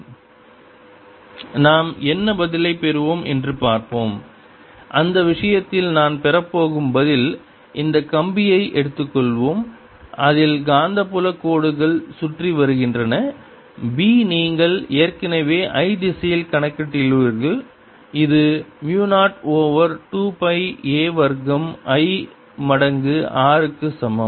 2πrdr016πI2 016πI212LI2 or L08πlength நாம் என்ன பதிலைப் பெறுவோம் என்று பார்ப்போம் அந்த விஷயத்தில் நான் பெறப் போகும் பதில் இந்த கம்பியை எடுத்துக்கொள்வோம் அதில் காந்தப்புல கோடுகள் சுற்றி வருகின்றன b நீங்கள் ஏற்கனவே I திசையில் கணக்கிட்டுள்ளீர்கள் இது மு 0 ஓவர் 2 பை a வர்க்கம் I மடங்கு r க்கு சமம்